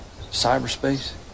cyberspace